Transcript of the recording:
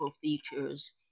features